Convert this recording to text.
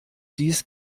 dies